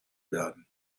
werden